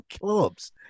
clubs